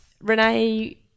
renee